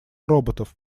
роботов